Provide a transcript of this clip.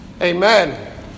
Amen